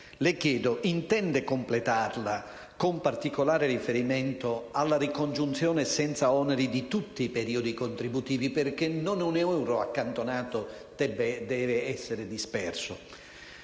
le conseguenze. Intende completarla, con particolare riferimento alla ricongiunzione senza oneri di tutti i periodi contributivi, perché non un euro accantonato debba essere disperso?